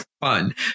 fun